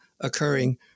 occurring